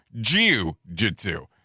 Jiu-Jitsu